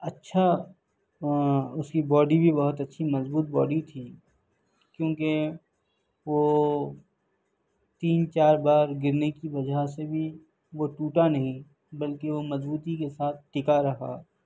اچھا اس کی باڈی بھی بہت اچھی مضبوط باڈی تھی کیونکہ وہ تین چار بار گرنے کی وجہ سے بھی وہ ٹوٹا نہیں بلکہ وہ مضبوطی کے ساتھ ٹکا رہا